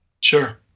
Sure